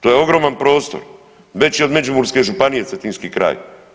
To je ogroman prostor, veći od Međimurske županije, cetinski kraj.